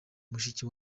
mushiki